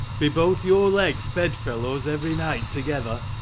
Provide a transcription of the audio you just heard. be both your legs bed-fellows every night together?